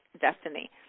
Destiny